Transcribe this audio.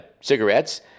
cigarettes